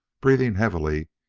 breathing heavily,